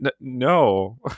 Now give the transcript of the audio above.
No